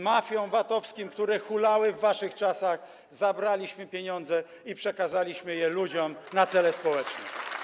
Mafiom VAT-owskim, które hulały w waszych czasach, zabraliśmy pieniądze i przekazaliśmy je ludziom na cele społeczne.